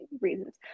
reasons